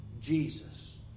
Jesus